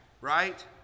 right